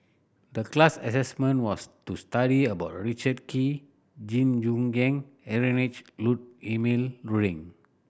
the class assignment was to study about Richard Kee Jing Jun and Heinrich Ludwig Emil Luering